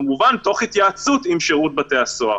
כמובן תוך התייעצות עם שירות בתי הסוהר.